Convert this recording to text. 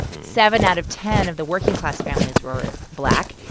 seven out of ten of the working class families were black.